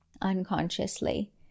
unconsciously